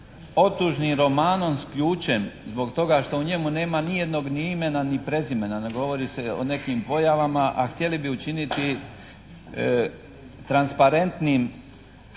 otužnim romanom s ključem zbog toga što u njemu nema nijednog imena ni prezimena, ne govori se o nekim pojavama a htjeli bi učiniti transparentnim